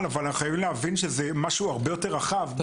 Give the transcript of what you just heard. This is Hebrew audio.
אבל חייבים להבין שזה משהו הרבה יותר רחב,